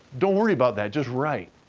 don't worry about that just write.